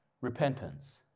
repentance